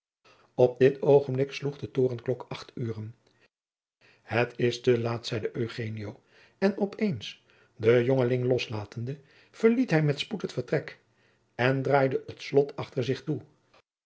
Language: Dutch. op dit oogenblik sloeg de torenklok acht uren het is te laat zeide eugenio en op eens den jongeling loslatende verliet hij met spoed het vertrek en draaide het slot achter zich toe